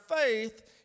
faith